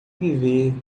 viver